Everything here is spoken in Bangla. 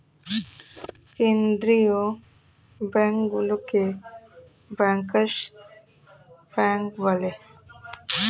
কেন্দ্রীয় ব্যাঙ্কগুলোকে ব্যাংকার্স ব্যাঙ্ক বলে